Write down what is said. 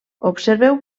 observeu